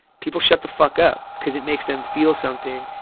people shut the fuck up because it makes them feel something.